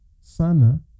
sana